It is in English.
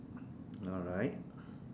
alright